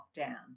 lockdown